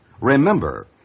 remember